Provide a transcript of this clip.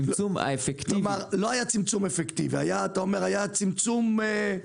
כלומר, לא היה צמצום אפקטיבי, היה צמצום תיאורטי.